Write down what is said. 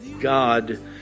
God